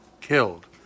killed